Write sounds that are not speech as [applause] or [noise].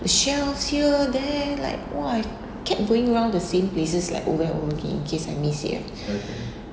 the shelves here there like !wah! I kept going round the same places like over and over in case I miss it right [breath]